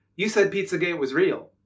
you said pizzagate was real.